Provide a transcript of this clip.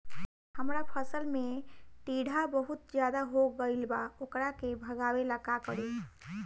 हमरा फसल में टिड्डा बहुत ज्यादा हो गइल बा वोकरा के भागावेला का करी?